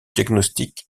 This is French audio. diagnostic